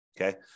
okay